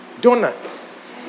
Donuts